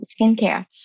skincare